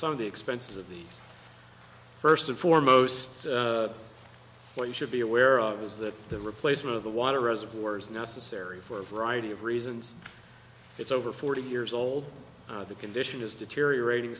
some of the expenses of these first and foremost what we should be aware of is that the replacement of the water reservoir is necessary for a variety of reasons it's over forty years old the condition is deteriorating